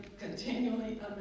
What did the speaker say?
continually